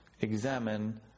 examine